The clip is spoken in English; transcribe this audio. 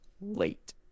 late